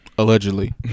Allegedly